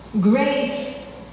Grace